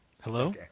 hello